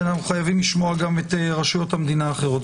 חייבים לשמוע גם את רשויות המדינה האחרות.